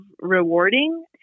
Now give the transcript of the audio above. rewarding